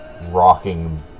rocking